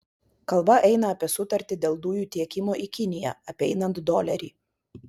kalba eina apie sutartį dėl dujų tiekimo į kiniją apeinant dolerį